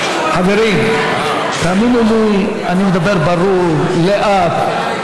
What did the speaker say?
חברים, תאמינו לי, אני מדבר ברור, לאט.